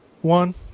one